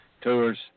Tours